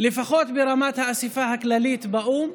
לפחות ברמת האספה הכללית באו"ם,